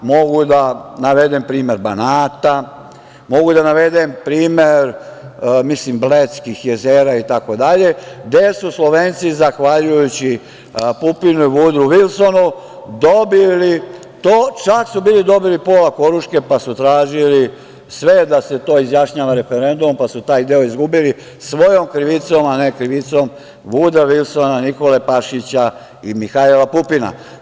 Mogu da navedem primer Banata, mogu da navedem primer, mislim, Bledskih jezera itd, gde su Slovenci zahvaljujući Pupinu i Vudrou Vilsonu dobili to, čak su bili dobili i pola Koruške, pa su tražili sve da se to izjašnjava referendumom, pa su taj deo izgubili, svojom krivicom, a ne krivicom Vudroa Vilsona, Nikole Pašića i Mihajla Pupina.